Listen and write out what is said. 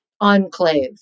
enclave